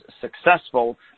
successful